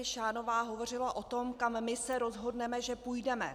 Šánová hovořila o tom, kam my se rozhodneme, že půjdeme.